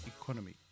economy